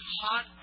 hot